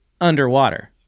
underwater